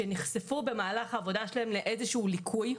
שנחשפו במהלך העבודה שלהם לאיזשהו ליקוי,